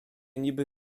niby